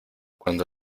cuando